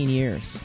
years